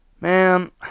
Man